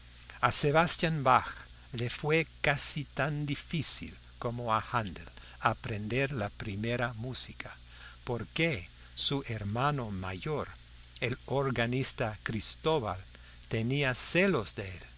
a sebastián bach le fue casi tan difícil como a haendel aprender la primera música porque su hermano mayor el organista cristóbal tenía celos de